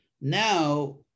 now